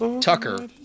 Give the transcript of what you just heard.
Tucker